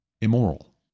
immoral